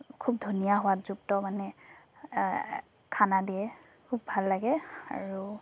খুব ধুনীয়া সোৱাদযুক্ত মানে খানা দিয়ে খুব ভাল লাগে আৰু